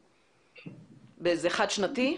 זה חד שנתי?